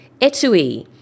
etui